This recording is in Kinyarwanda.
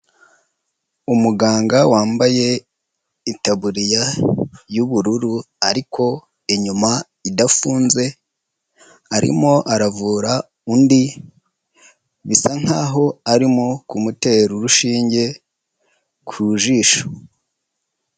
Umuganga wambaye itaburiya y'ubururu ariko inyuma idafunze, arimo aravura undi, bisa nkaho arimo kumutera urushinge ku jisho.